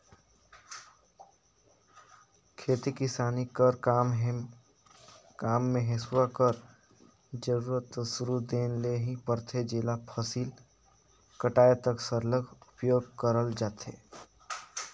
खेती किसानी कर काम मे हेसुवा कर जरूरत दो सुरू दिन ले ही परथे जेला फसिल कटाए तक सरलग उपियोग करल जाथे